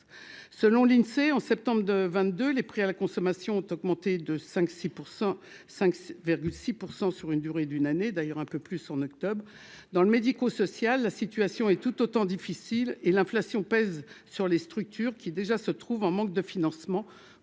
selon l'Insee, en septembre 2 22, les prix à la consommation ont augmenté de 5 6 pour 105 6 % sur une durée d'une année d'ailleurs un peu plus en octobre dans le médico-social, la situation et tout autant difficile et l'inflation pèse sur les structures qui déjà se trouvent en manque de financement